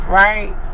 right